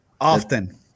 Often